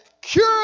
cure